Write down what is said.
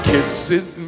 Kisses